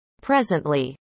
Presently